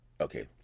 Okay